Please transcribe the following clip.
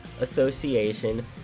Association